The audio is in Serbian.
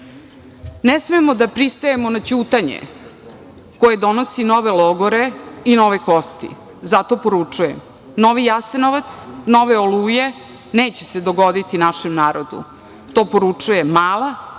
„Ne smemo da pristajemo na ćutanje koje donosi nove logore i nove kosti. Zato poručujem, novi Jasenovac, nove „Oluje“ neće se dogoditi našem narodu. To poručuje mala,